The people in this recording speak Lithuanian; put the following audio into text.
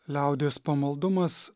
liaudies pamaldumas